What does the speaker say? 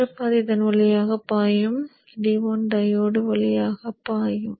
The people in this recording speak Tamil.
மற்ற பாதி இதன் வழியாக பாயும் D1 டையோடு வழியாக பாயும்